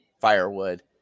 firewood